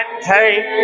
take